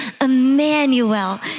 Emmanuel